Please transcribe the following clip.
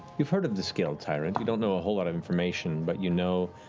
you've heard of the scaled tyrant. you don't know a whole lot of information. but you know,